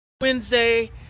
Wednesday